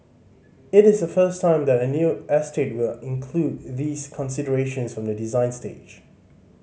it is the first time that a new estate will include these considerations from the design stage